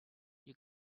you